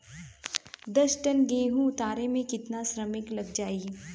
दस टन गेहूं उतारे में केतना श्रमिक लग जाई?